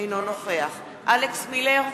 אינו נוכח אלכס מילר,